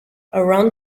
around